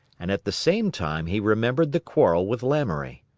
and at the same time he remembered the quarrel with lamoury.